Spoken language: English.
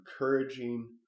encouraging